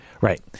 Right